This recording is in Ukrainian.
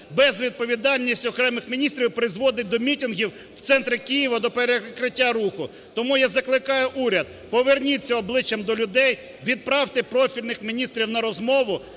безвідповідальність окремих міністрів і призводить до мітингів в центрі Києва, до перекриття руху. Тому я закликаю уряд: поверніться обличчям до людей, відправте профільних міністрів на розмову,